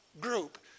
group